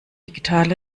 digital